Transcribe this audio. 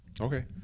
Okay